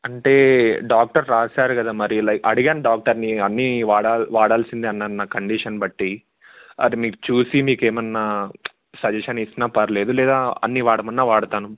అంటే డాక్టర్ రాశారు కదా మరి లైక్ అడిగాను డాక్టర్ని అన్ని వాడా వాడాల్సిందే అన్నారు నా కండిషన్ బట్టి అది మీకు చూసి మీకేమన్నా సజెషన్ ఇచ్చినా పర్లేదు లేదా అన్ని వాడమన్నా వాడతాను